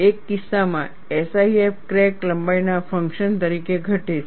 એક કિસ્સામાં SIF crack લંબાઈના ફંક્શન તરીકે ઘટે છે